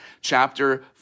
chapter